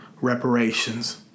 reparations